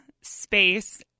space